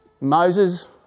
Moses